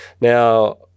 Now